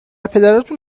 پدراتون